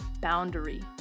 boundary